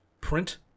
print